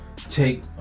Take